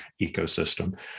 ecosystem